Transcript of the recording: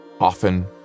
often